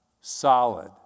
solid